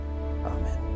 Amen